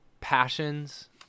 passions